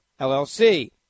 LLC